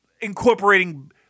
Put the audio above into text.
incorporating